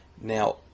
Now